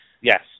Yes